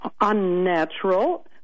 unnatural